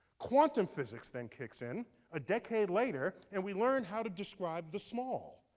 quantum physics then kicks in a decade later and we learn how to describe the small.